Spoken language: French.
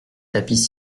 tapis